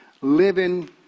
living